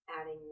adding